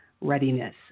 Readiness